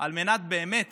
על מנת באמת